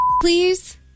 please